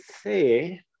say